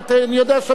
בהחלטות הממשלה,